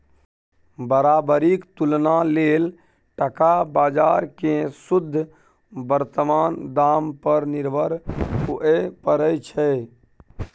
बराबरीक तुलना लेल टका बजार केँ शुद्ध बर्तमान दाम पर निर्भर हुअए परै छै